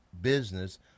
business